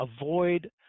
avoid